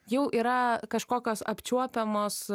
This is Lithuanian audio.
jau yra kažkokios apčiuopiamos